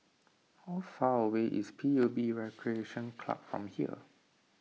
how far away is P U B Recreation Club from here